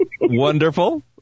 Wonderful